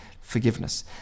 forgiveness